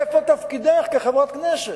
איפה תפקידך כחברת כנסת,